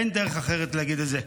אין דרך אחרת להגיד את זה.